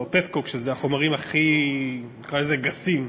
או פטקוק, שהם החומרים הכי, נקרא לזה, גסים.